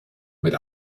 mit